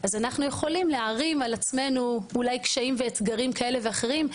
אז אנחנו יכולים להערים על עצמנו אולי קשיים כאלה ואחרים.